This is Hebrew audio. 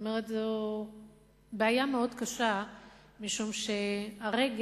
זאת אומרת, זו בעיה מאוד קשה משום שהרגש,